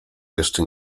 jeszcze